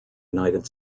united